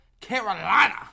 Carolina